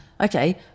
okay